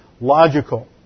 logical